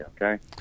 Okay